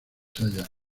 hayas